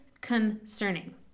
concerning